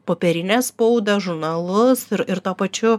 popierinę spaudą žurnalus ir tuo pačiu